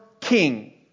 King